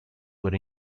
were